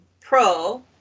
pro